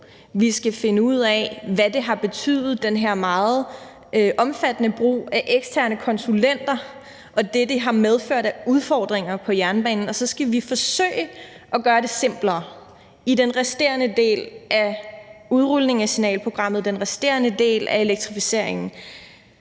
vi skal finde ud af, hvad det har betydet med den her meget omfattende brug af eksterne konsulenter og det, som det har medført af udfordringer for jernbanen. Og så skal vi forsøge at gøre det simplere i den resterende del af udrulningen af signalprogrammet og den resterende del af elektrificeringen.